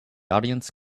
audience